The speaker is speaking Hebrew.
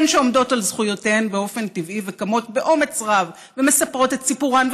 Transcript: שהן שעומדות על זכויותיהן באופן טבעי וקמות באומץ רב ומספרות את סיפורן,